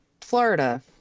Florida